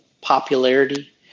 popularity